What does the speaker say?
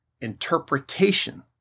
interpretation